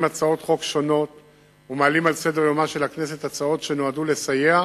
הצעות חוק ומעלים על סדר-יומה של הכנסת הצעות שנועדו לסייע